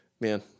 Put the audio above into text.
Man